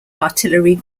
artillery